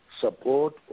support